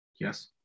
yes